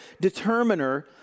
determiner